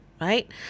right